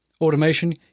automation